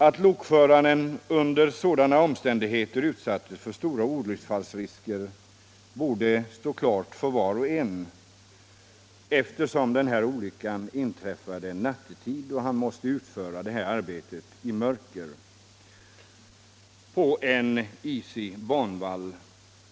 Att lokföraren under sådana omständigheter utsattes för stora olycksfallsrisker torde stå klart för var och en, eftersom olyckan inträffade nattetid och han måste utföra detta arbete i mörkret på en isig banvall.